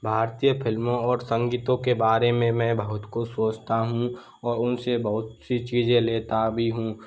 भारतीय फिल्मों और संगीतों के बारे में मैं बहुत कुछ सोचता हूँ और उनसे बहुत सी चीज़ें लेता भी हूँ